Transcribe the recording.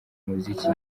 muziki